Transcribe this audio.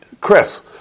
Chris